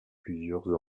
plusieurs